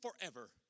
forever